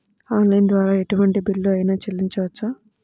Online ద్వారా ఎటువంటి bill అయినా చెల్లించవచ్చా?